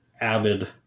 avid